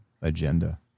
agenda